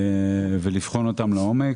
התפעוליים ולבחון אותם לעומק,